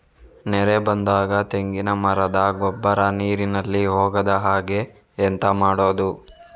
ನೆರೆ ಬಂದಾಗ ತೆಂಗಿನ ಮರದ ಗೊಬ್ಬರ ನೀರಿನಲ್ಲಿ ಹೋಗದ ಹಾಗೆ ಎಂತ ಮಾಡೋದು?